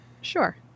Sure